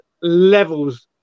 levels